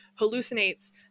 hallucinates